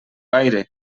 gaire